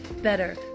better